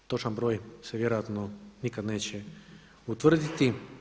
Točan broj se vjerojatno nikad neće utvrditi.